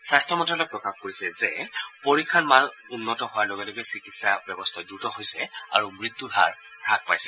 স্বাস্থ্য মন্ত্যালয়ে প্ৰকাশ কৰিছে যে পৰীক্ষাৰ মান উন্নত হোৱাৰ লগে লগে চিকিৎসা ব্যৱস্থা দ্ৰুত হৈছে আৰু মৃত্যুৰ হাৰ হ্ৰাস পাইছে